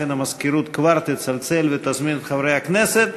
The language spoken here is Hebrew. לכן המזכירות כבר תצלצל ותזמין את חברי הכנסת.